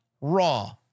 Raw